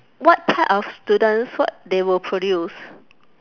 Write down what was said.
what type of students what they will produce